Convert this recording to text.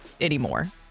anymore